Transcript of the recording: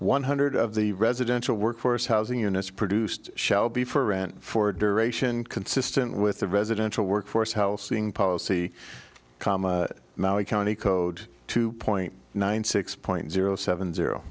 one hundred of the residential workforce housing units produced shall be for rent for duration consistent with the residential workforce how seeing policy chama maui county code two point nine six point zero seven zero